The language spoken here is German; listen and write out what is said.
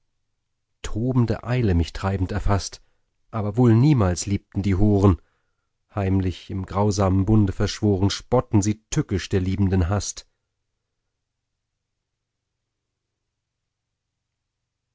tobende eile mich treibend erfaßt aber wohl niemals liebten die horen heimlich im grausamen bunde verschworen spotten sie tückisch der liebenden hast